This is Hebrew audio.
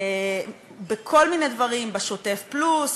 בכל מיני דברים: בשוטף פלוס,